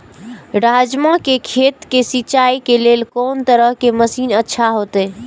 राजमा के खेत के सिंचाई के लेल कोन तरह के मशीन अच्छा होते?